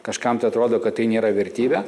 kažkam tai atrodo kad tai nėra vertybė